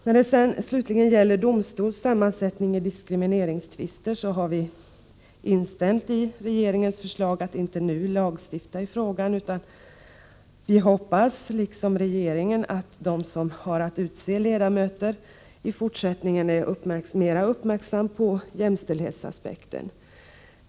Vad slutligen gäller frågan om domstols sammansättning i diskrimineringstvister har vi instämt i regeringens förslag att inte nu lagstifta i frågan. Vi hoppas, liksom regeringen, att de som har att utse ledamöter i fortsättningen är mera uppmärksamma på jämställdhetsaspekten.